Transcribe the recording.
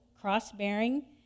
cross-bearing